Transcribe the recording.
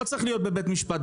לא צריך להיות בבית משפט,